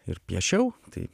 ir piešiau tai